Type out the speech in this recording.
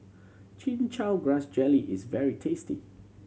Chin Chow Grass Jelly is very tasty